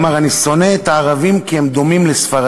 אמר: "אני שונא את הערבים כי הם דומים לספרדים".